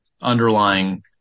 underlying